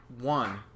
one